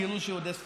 גירוש יהודי ספרד,